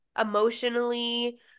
emotionally-